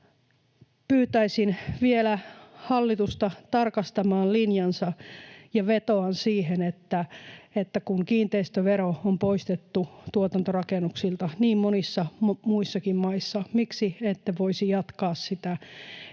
Pyytäisin vielä hallitusta tarkastamaan linjansa ja vetoan siihen, että kun kiinteistövero on poistettu tuotantorakennuksilta niin monissa muissakin maissa, miksi ette voisi jatkaa sitä edellisen